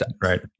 right